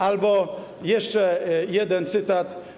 Albo jeszcze jeden cytat.